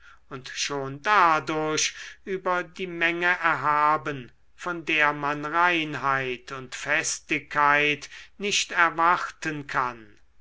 und schon dadurch über die menge erhaben von der man reinheit und festigkeit nicht erwarten kann